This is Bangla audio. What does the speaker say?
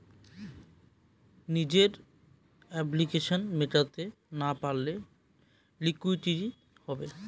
নিজের অব্লিগেশনস মেটাতে না পারলে লিকুইডিটি হবে